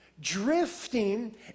drifting